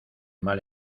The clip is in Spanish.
mal